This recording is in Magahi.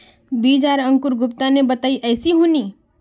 बीज आर अंकूर गुप्ता ने बताया ऐसी होनी?